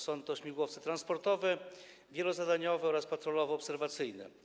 Są to śmigłowce transportowe, wielozadaniowe oraz patrolowo-obserwacyjne.